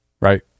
Right